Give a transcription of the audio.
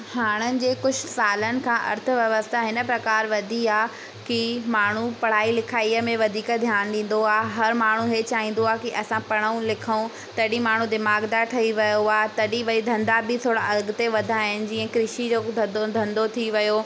हाणनि जे कुझु सालनि खां अर्थव्यवस्था हिन प्रकार वधी आहे की माण्हू पढ़ाई लिखाईअ में वधीक ध्यानु ॾींदो आहे हर माण्हू इहा चाहिंदो आहे की असां पढूं लिखूं तॾहिं माण्हू दिमाग़दारु ठही वियो आहे तॾहिं वरी धंधा बि थोरा अॻिते वधा आहिनि जीअं कृषि जो बि धधो धंधो थी वियो